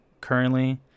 currently